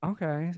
Okay